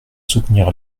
soutenir